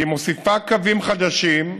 היא מוסיפה קווים חדשים,